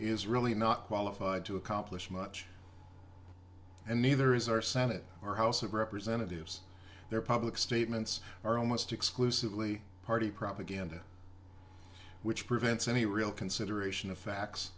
is really not qualified to accomplish much and neither is our senate or house of representatives their public statements are almost exclusively party propaganda which prevents any real consideration of facts